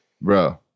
Bro